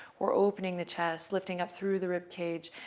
we're opening the chest, lifting up through the ribcage,